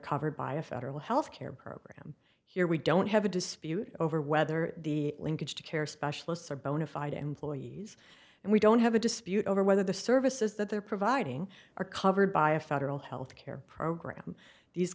covered by a federal health care program here we don't have a dispute over whether the linkage to care specialists or bona fide employees and we don't have a dispute over whether the services that they're providing are covered by a federal health care program these